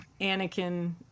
Anakin